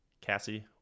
Cassie